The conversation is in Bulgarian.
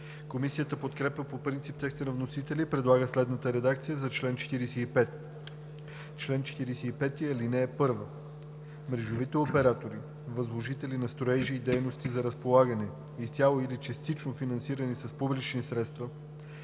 Комисията подкрепя по принцип текста на вносителя и предлага следната редакция за чл. 45: „Чл. 45. (1) Мрежовите оператори – възложители на строежи и дейности за разполагане, изцяло или частично финансирани с публични средства,